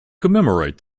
commemorate